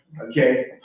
okay